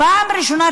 בעיתונות,